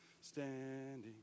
standing